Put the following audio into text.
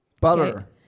Butter